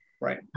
Right